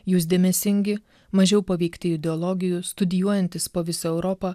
jūs dėmesingi mažiau paveikti ideologijų studijuojantys po visą europą